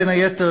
בין היתר,